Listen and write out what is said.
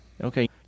okay